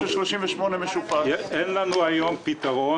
אין לנו היום פתרון.